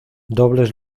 dobles